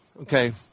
okay